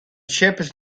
shepherds